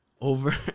over